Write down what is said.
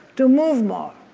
to move more